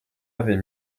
avais